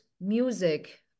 music